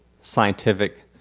scientific